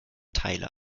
teile